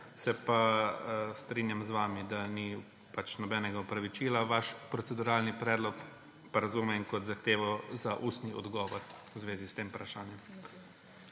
Se pa strinjam z vami, da ni nobenega opravičila. Vaš proceduralni predlog pa razumem kot zahtevo za ustni odgovor v zvezi s tem vprašanjem